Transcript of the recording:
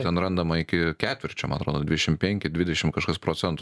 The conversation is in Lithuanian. ten randama iki ketvirčio man atrodo dvidešim penki dvidešim kažkas procentų